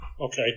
okay